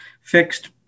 fixed